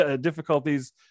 difficulties